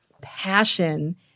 passion